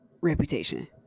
reputation